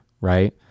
right